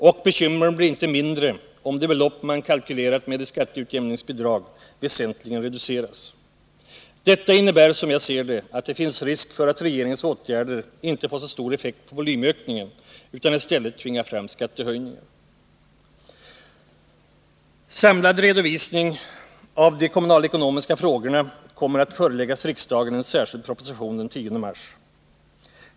Och bekymren blir inte mindre om de belopp man kalkylerat med i skatteutjämningsbidrag väsentligen reduceras. Detta innebär, som jag ser det, att det finns risk för att regeringens åtgärder inte får så stor effekt på volymökningen utan i stället tvingar fram skattehöjningar. Samlad redovisning av de kommunalekonomiska frågorna kommer att föreläggas riksdagen i en särskild proposition den 10 mars.